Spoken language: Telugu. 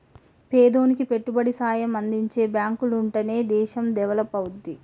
పేదోనికి పెట్టుబడి సాయం అందించే బాంకులుంటనే దేశం డెవలపవుద్ది